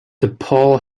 depaul